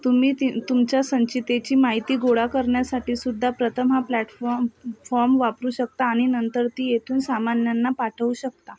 तुम्ही ती तुमच्या संचितेची माहिती गोळा करण्यासाठीसुद्धा प्रथम हा प्लॅटफॉम फॉम वापरू शकता आणि नंतर ती येथून सामान्यांना पाठवू शकता